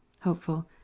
Hopeful